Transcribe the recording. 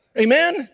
amen